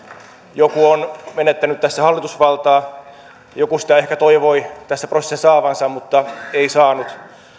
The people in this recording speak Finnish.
joku on menettänyt tässä hallitusvaltaa joku sitä ehkä toivoi tässä prosessissa saavansa mutta ei saanut